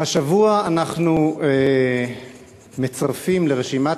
ולנושא שעליו רציתי לדבר: השבוע אנחנו מצרפים לרשימת